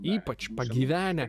ypač pagyvenę